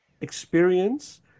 experience